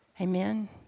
Amen